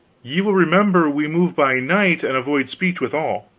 ye will remember we move by night, and avoid speech with all.